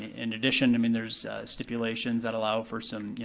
in addition, i mean there's stipulations that allow for some, you